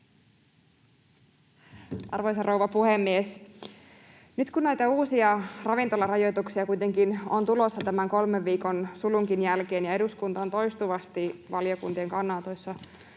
Arvoisa rouva puhemies! Nyt kun näitä uusia ravintolarajoituksia kuitenkin on tulossa tämän kolmen viikon sulunkin jälkeen ja eduskunta on toistuvasti valiokuntien kannanotoissa